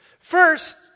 First